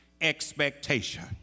expectation